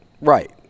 Right